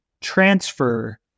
transfer